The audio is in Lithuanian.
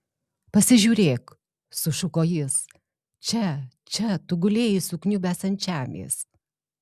pasižiūrėk sušuko jis čia čia tu gulėjai sukniubęs ant žemės